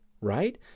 right